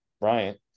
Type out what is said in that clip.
Bryant